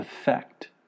effect